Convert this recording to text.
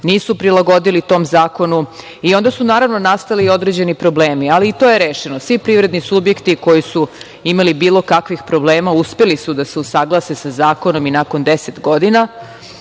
nisu prilagodili tom zakonu i onda su, naravno, nastali i određeni problemi, ali i to je rešeno. Svi privredni subjekti koji su imali bilo kakvih problema, uspeli su da se usaglase sa zakonom i nakon 10